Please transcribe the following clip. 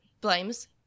blames